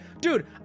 Dude